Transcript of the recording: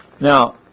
Now